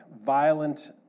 violent